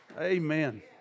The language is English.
Amen